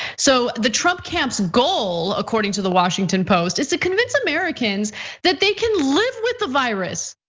so the trump camps goal, according to the washington post is to convince americans that they can live with the virus.